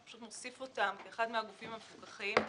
שפשוט נוסיף אותם כאחד מהגופים המפוקחים.